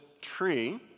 tree